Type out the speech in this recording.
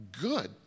good